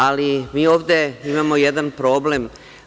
Ali, mi ovde imamo jedan problem.